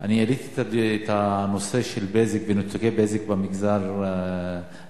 העליתי את הנושא של "בזק" ונתוני "בזק" במגזר הלא-יהודי,